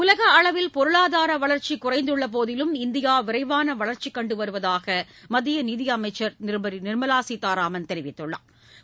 உலக அளவில் பொருளாதார வளா்ச்சி குறைந்துள்ள போதிலும் இந்தியா விரைவான வளா்ச்சி கண்டு வருவதாக மத்திய நிதியமைச்சா் திருமதி நிா்மலா சீதாராமன் தெிவித்துள்ளாா்